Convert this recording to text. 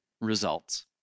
results